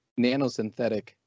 nanosynthetic